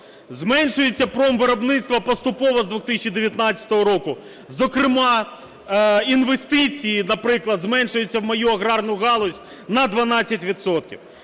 зменшується промвиробництво поступово з 2019 року, зокрема, інвестиції, наприклад, зменшуються у мою аграрну галузь на 12